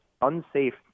unsafe